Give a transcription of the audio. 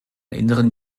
inneren